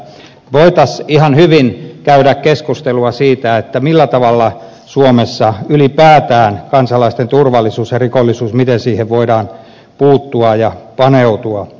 voitaisiin ihan hyvin käydä keskustelua siitä millä tavalla suomessa ylipäätään kansalaisten turvallisuuteen ja rikollisuuteen voidaan puuttua ja paneutua